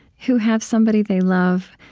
who have somebody they love,